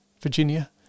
Virginia